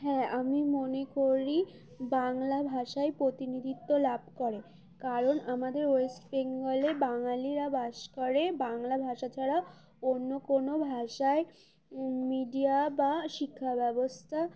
হ্যাঁ আমি মনে করি বাংলা ভাষায় প্রতিনিধিত্ব লাভ করে কারণ আমাদের ওয়েস্ট বেঙ্গলে বাঙালিরা বাস করে বাংলা ভাষা ছাড়াও অন্য কোনো ভাষায় মিডিয়া বা শিক্ষাব্যবস্থা